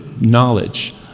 knowledge